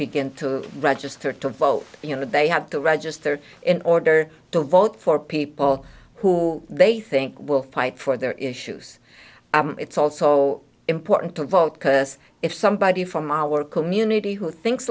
begin to register to vote you know they have to register in order to vote for people who they think will fight for their issues it's also important to vote because if somebody from our community who thinks